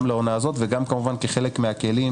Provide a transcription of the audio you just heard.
גם לעונה הזאת וגם כמובן כחלק מהכלים